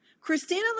Christina